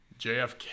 JFK